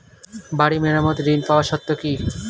বাড়ি মেরামত ঋন পাবার শর্ত কি?